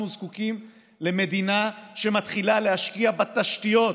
אנחנו זקוקים למדינה שמתחילה להשקיע בתשתיות,